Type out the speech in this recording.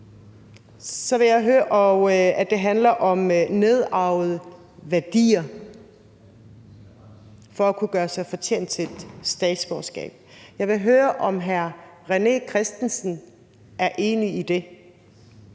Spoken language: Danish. FN-ting, og at det handler om nedarvede værdier at gøre sig fortjent til statsborgerskab. Jeg vil høre, om hr. René Christensen er enig i det?